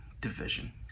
division